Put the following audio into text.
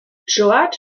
george